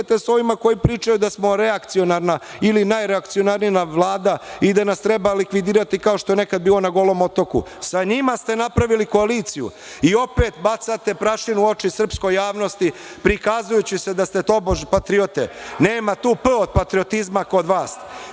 idete sa ovima koji pričaju da smo reakcionarna ili najreakcionarnija Vlada i da nas treba likvidirati kao što je nekad bilo na Golom otoku. Sa njima ste napravili koaliciju i opet bacate prašinu u oči srpskoj javnosti, prikazujući se da tobož patriote. Nema tu P od patriotizma kod vas.